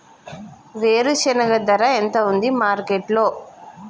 వేరుశెనగ ధర ఎంత ఉంది మార్కెట్ లో?